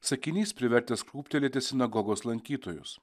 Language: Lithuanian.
sakinys privertęs krūptelėti sinagogos lankytojus